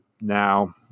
Now